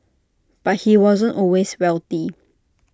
but he wasn't always wealthy